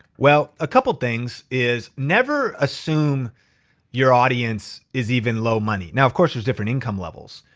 well, a couple things is never assume your audience is even low money. now of course there's different income levels.